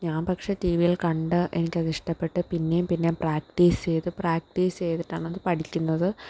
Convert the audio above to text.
ഞാൻ പക്ഷേ ടി വിയിൽ കണ്ട് എനിക്കത് ഇഷ്ടപ്പെട്ട് പിന്നെയും പിന്നെയും പ്രാക്ടീസ് ചെയ്ത് പ്രാക്ടീസ് ചെയ്തിട്ടാണത് പഠിക്കുന്നത്